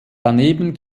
daneben